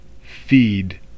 feed